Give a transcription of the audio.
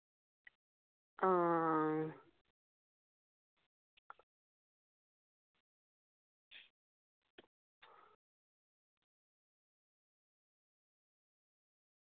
आं